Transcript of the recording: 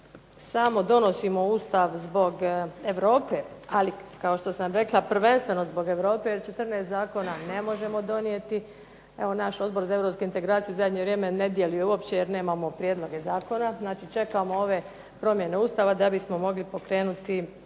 samo donosimo Ustav zbog Europe, ali kao što sam rekla prvenstveno zbog Europe, jer 14 zakona ne možemo donijeti. Evo naš Odbor za europske integracije u zadnje vrijeme ne djeluje uopće jer nemamo prijedloge zakona. Znači čekamo ove promjene Ustava da bismo mogli pokrenuti izmjene